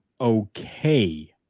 okay